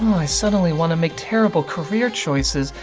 i suddenly want to make terrible career choices,